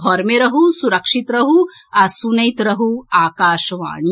घर मे रहू सुरक्षित रहू आ सुनैत रहू आकाशवाणी